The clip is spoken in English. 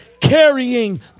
Carrying